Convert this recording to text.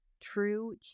true